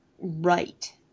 right